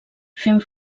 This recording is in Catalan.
fent